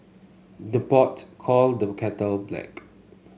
the pot call the kettle black